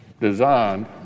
Designed